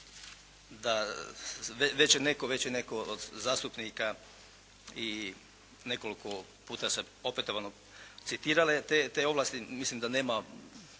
da, već je netko od zastupnika i nekoliko puta se opetovano citirale te ovlasti, mislim da nema